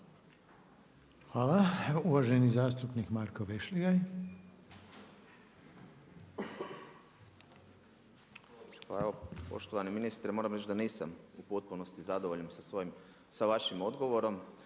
Hvala. Uvaženi zastupnik Marko Vešligaj. **Vešligaj, Marko (SDP)** Pa evo poštovani ministre moram reći da nisam u potpunosti zadovoljan sa vašim odgovorom.